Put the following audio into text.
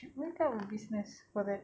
should become a business for that